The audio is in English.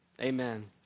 Amen